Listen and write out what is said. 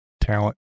talent